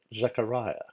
Zechariah